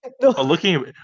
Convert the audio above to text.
Looking